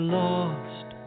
lost